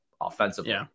offensively